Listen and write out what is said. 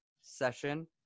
session